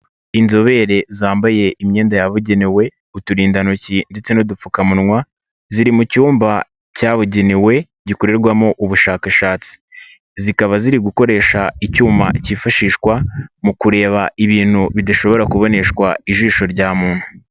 Inzobere zambaye imyenda yabugenewe, uturindantoki ndetse n'dupfukamunwa. Ziri mu cyumba cyabugenewe gikorerwamo ubushakashatsi, zikaba ziri gukoresha icyuma cyifashishwa mu kureba ibintu bidashobora kuboneshwa ijisho rya muntu.